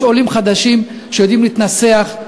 יש עולים חדשים שיודעים להתנסח,